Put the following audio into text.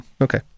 Okay